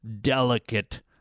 delicate